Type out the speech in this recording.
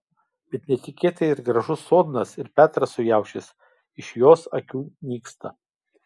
bet netikėtai ir gražus sodnas ir petras su jaučiais iš jos akių nyksta